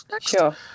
Sure